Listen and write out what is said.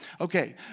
Okay